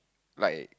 like